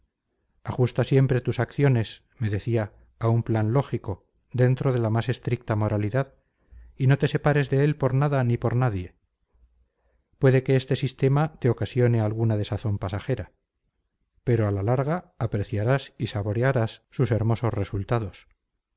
ajusta siempre tus acciones me decía a un plan lógico dentro de la más estricta moralidad y no te separes de él por nada ni por nadie puede que este sistema te ocasione alguna desazón pasajera pero a la larga apreciarás y saborearás sus hermosos resultados